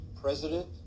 president